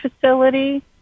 facility